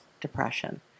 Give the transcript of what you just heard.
depression